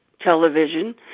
television